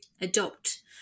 adopt